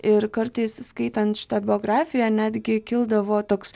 ir kartais skaitant šitą biografiją netgi kildavo toks